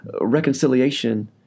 reconciliation